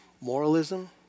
Moralism